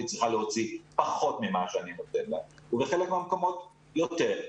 צריכה להוציא פחות ממה שאני נותן לה ובחלק מהמקומות יותר,